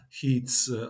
heats